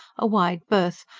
a wide berth,